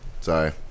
sorry